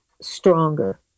stronger